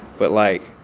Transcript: but, like,